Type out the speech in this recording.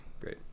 Great